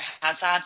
Hazard